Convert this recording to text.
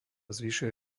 zvyšuje